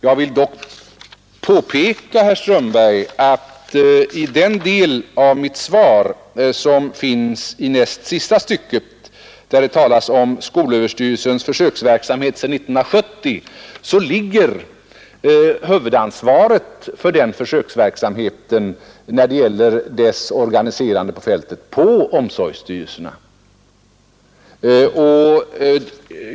Jag vill dock påpeka, herr Strömberg, att när det i mitt svar i näst sista stycket talas om skolöverstyrelsens försöksverksamhet sedan 1970, så ligger huvudansvaret för den försöksverksamheten när det gäller dess organiserande ute på fältet på omsorgsstyrelserna.